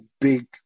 big